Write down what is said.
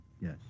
Yes